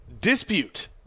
dispute